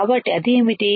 కాబట్టి అది ఏమిటి